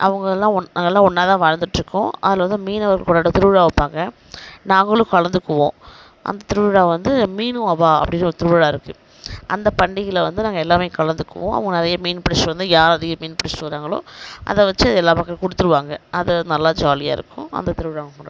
அவங்களெலாம் ஒன் நாங்கெலாம் ஒன்றாதான் வாழ்ந்துகிட்டுருக்கோம் அதில் வந்து மீனவர்களோட திருவிழா வைப்பாங்க நாங்களும் கலந்துக்குவோம் அந்த திருவிழா வந்து மீன் அவ்வா அப்படினு ஒரு திருவிழா இருக்குது அந்த பண்டிகையில் வந்து நாங்கள் எல்லாேருமே கலந்துக்குவோம் அவங்க நிறைய மீன் பிடிச்சுட்டு வந்து யார் அதிகமாக மீன் பிடிச்சுட்டு வராங்களோ அதை வச்சு அதை எல்லாம் நமக்கு கொடுத்துருவாங்க அது நல்லா ஜாலியாக இருக்கும் அந்த திருவிழாவும்கூட